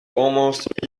almost